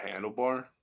handlebar